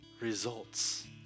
results